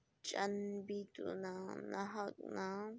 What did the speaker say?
ꯆꯥꯟꯕꯤꯗꯨꯅ ꯅꯍꯥꯛꯅ